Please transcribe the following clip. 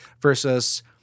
versus